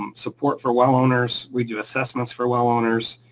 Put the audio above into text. um support for well owners. we do assessments for well owners.